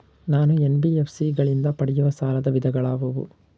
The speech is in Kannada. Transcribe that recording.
ನಾನು ಎನ್.ಬಿ.ಎಫ್.ಸಿ ಗಳಿಂದ ಪಡೆಯುವ ಸಾಲದ ವಿಧಗಳಾವುವು?